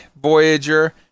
Voyager